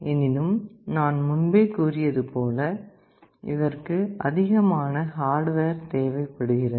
எனினும் நான் முன்பே கூறியதுபோல இதற்கு அதிகமான ஹார்டுவேர் தேவைப்படுகிறது